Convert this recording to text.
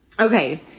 Okay